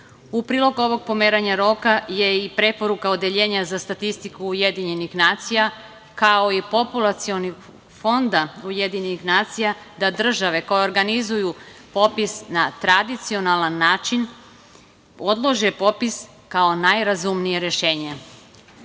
prilog ovog pomeranja roka je i preporuka Odeljenja za statistiku UN, kao i Populacionog fonda UN da države koje organizuju popis na tradicionalan način odlože popis kao najrazumnije rešenje.